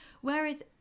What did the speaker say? Whereas